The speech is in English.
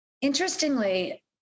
interestingly